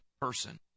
person